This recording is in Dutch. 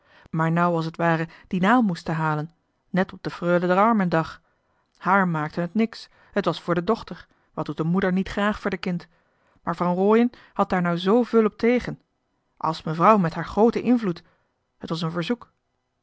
maar nou als het ware dien aalmoes te halen net op de frulle d'er armendag haar maakte n et niks het was voor d'er dochter wat doet een moeder niet graag voor d'er kind maar van rooien had daar nou zveul op tegen als mevrouw met haar grooten invloed het was een verzoek